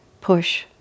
push